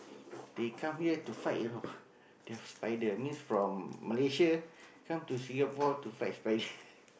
they come here to fight you know their spider means from Malaysia come to Singapore to fight spider